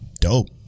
Dope